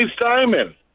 Simon